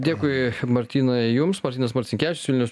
dėkui martynai jums martynas marcinkevičius vilniaus